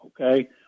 okay